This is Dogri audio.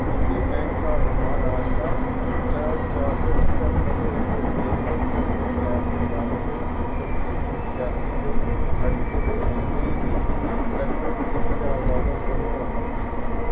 मिगी बैंक आफ महाराश्ट्र च चार सौ पचह्तर ते इक सौ त्रेई ते कत्तर चार सौ अड़ताली इक सौ तेती छेआसी दे अड़के दे लैन देन दी रकम इक ज्हार बापस कदूं होग